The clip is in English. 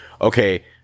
okay